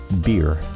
Beer